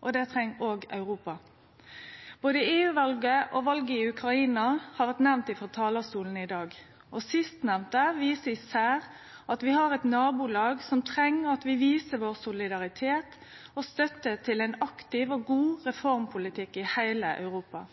og det treng Europa òg. Både EU-valet og valet i Ukraina har vore nemnde frå talarstolen i dag. Sistnemnte viser især at vi har eit nabolag som treng at vi viser vår solidaritet og støtte til ein aktiv og god reformpolitikk i heile Europa.